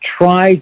try